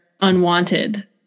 unwanted